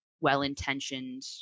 well-intentioned